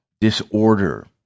disorder